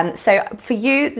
um so for you,